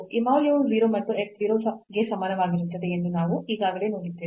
ಈ ಮೌಲ್ಯವು 0 ಮತ್ತು x 0 ಗೆ ಸಮಾನವಾಗಿರುತ್ತದೆ ಎಂದು ನಾವು ಈಗಾಗಲೇ ನೋಡಿದ್ದೇವೆ